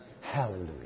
Hallelujah